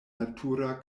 natura